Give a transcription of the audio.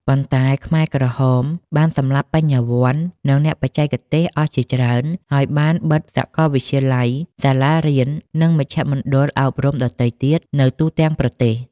ប៉ុន្តែខ្មែរក្រហមបានសម្លាប់បញ្ញវន្តនិង អ្នកបច្ចេកទេសអស់ជាច្រើន ហើយបានបិទសាកលវិទ្យាល័យ សាលារៀន និងមជ្ឈមណ្ឌលអប់រំដទៃទៀតនៅទូទាំងប្រទេស ។